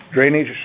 Drainage